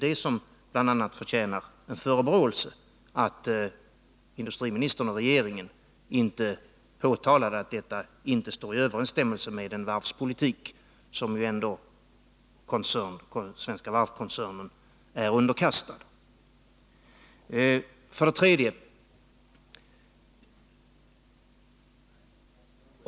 Vad som bl.a. förtjänar en förebråelse är att industriministern och regeringen inte påtalade att detta handlande inte stod i överensstämmelse med den varvspolitik som Svenska Varvs-koncernen är underkastad. 3.